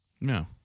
No